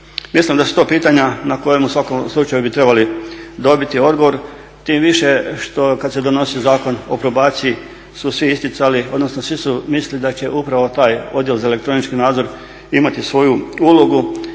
Mislim da su to pitanja na kojima u svakom slučaju bi trebali dobiti odgovor tim više što kada se donosi Zakon o probaciji su svi isticali odnosno svi su mislili da će upravo taj odjel za elektronički nadzor imati svoju ulogu